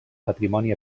patrimoni